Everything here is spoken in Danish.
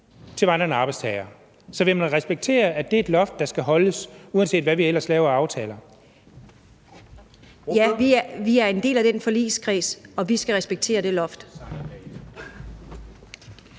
til vandrende arbejdstagere. Så vil man respektere, at det er et loft, der skal holdes, uanset hvad vi ellers laver af aftaler? Kl. 11:29 Formanden (Henrik Dam Kristensen):